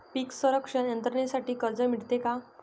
पीक संरक्षण यंत्रणेसाठी कर्ज मिळते का?